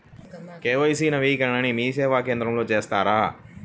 KYC నవీకరణని మీసేవా కేంద్రం లో చేస్తారా?